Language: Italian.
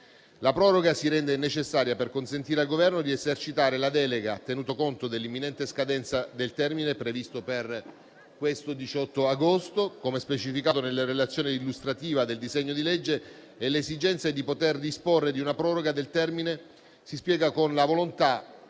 La proroga si rende necessaria per consentire al Governo di esercitare la delega, tenuto conto dell'imminente scadenza del termine previsto per il 18 agosto, come specificato nella relazione illustrativa del disegno di legge. L'esigenza di poter disporre di una proroga del termine si spiega con la volontà